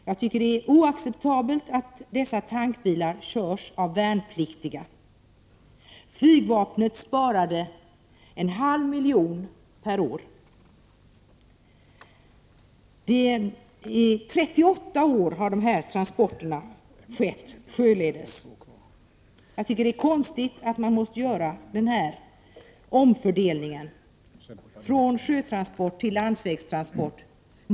Det är enligt min mening oacceptabelt att dessa tankbilar körs av värnpliktiga. Flygvapnet sparar en halv miljon kronor per år. I 38 år har de här transporterna skett sjöledes. Jag tycker det är konstigt att man måste göra denna omfördelning från sjötransport till landsvägstransport.